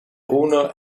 owner